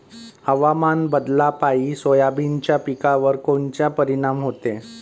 हवामान बदलापायी सोयाबीनच्या पिकावर कोनचा परिणाम होते?